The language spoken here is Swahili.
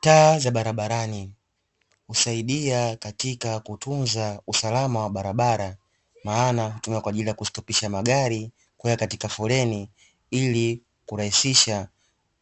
Taa za barabarani husaidia katika kutunza usalama wa barabara, maana hutumika kwa ajili ya kustopisha magari kuwa katika foleni ili kurahisisha